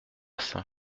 saint